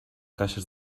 caixes